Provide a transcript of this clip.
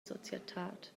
societad